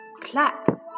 Clap